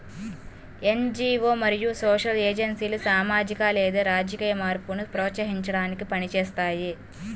NGO మరియు social ఏజెన్సీలు సామాజిక లేదా రాజకీయ మార్పును ప్రోత్సహించడానికి పని చేస్తాయి